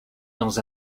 dans